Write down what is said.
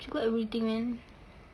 she got everything man